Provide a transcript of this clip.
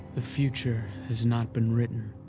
the future has not been written.